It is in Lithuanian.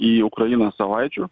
į ukrainą savaičių